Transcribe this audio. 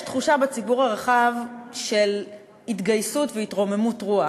יש תחושה בציבור הרחב של התגייסות והתרוממות רוח,